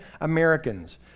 Americans